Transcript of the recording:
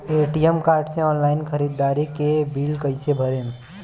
ATM card से online ख़रीदारी के बिल कईसे भरेम?